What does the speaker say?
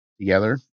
together